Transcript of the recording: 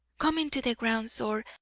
come into the grounds, or,